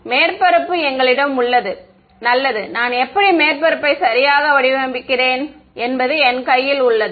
மாணவர் மேற்பரப்பில் எங்களிடம் உள்ளது நல்லது நான் எப்படி மேற்பரப்பை சரியாக வடிவமைக்கிறேன் என்பது என் கையில் உள்ளது